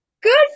Good